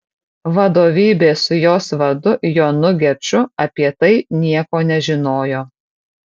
vadovybė su jos vadu jonu geču apie tai nieko nežinojo